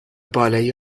بالای